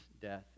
death